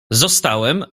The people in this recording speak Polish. zostałem